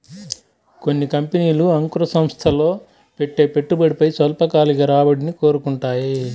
కొన్ని కంపెనీలు అంకుర సంస్థల్లో పెట్టే పెట్టుబడిపై స్వల్పకాలిక రాబడిని కోరుకుంటాయి